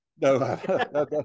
No